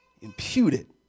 imputed